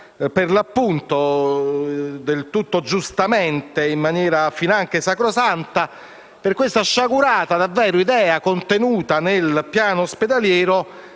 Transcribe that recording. per l'appunto, e del tutto giustamente, in maniera finanche sacrosanta, per la davvero sciagurata idea, contenuta nel piano ospedaliero,